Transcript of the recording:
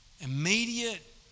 immediate